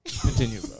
Continue